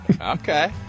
Okay